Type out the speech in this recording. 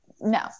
no